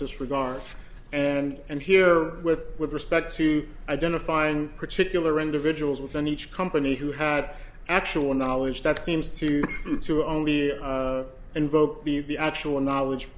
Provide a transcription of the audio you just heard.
disregard and here with with respect to identifying particular individuals within each company who had actual knowledge that seems to to only invoke the the actual knowledge